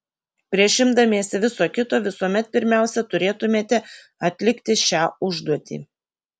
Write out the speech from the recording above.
prieš imdamiesi viso kito visuomet pirmiausia turėtumėte atlikti šią užduotį